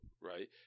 right